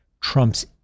trumps